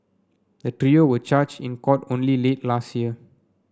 the trio were charge in court only late last year